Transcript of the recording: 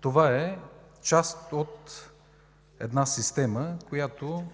това е част от една система –